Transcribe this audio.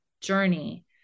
journey